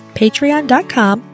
patreon.com